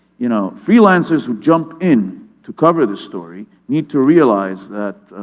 you know freelancers who jump in to cover the story need to realize that,